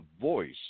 voice